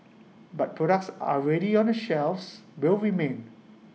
but products already on the shelves will remain